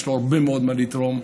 יש לו הרבה מאוד מה לתרום.